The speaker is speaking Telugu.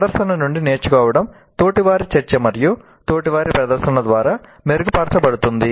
ప్రదర్శన నుండి నేర్చుకోవడం తోటివారి చర్చ మరియు తోటివారి ప్రదర్శన ద్వారా మెరుగుపరచబడుతుంది